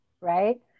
right